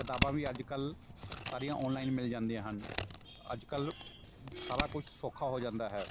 ਕਿਤਾਬਾਂ ਵੀ ਅੱਜ ਕੱਲ੍ਹ ਸਾਰੀਆਂ ਔਨਲਾਈਨ ਮਿਲ ਜਾਂਦੀਆਂ ਹਨ ਅੱਜ ਕੱਲ੍ਹ ਸਾਰਾ ਕੁਛ ਸੌਖਾ ਹੋ ਜਾਂਦਾ ਹੈ